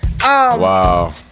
wow